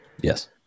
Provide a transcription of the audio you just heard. Yes